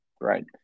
Right